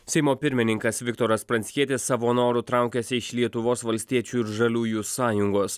seimo pirmininkas viktoras pranckietis savo noru traukiasi iš lietuvos valstiečių ir žaliųjų sąjungos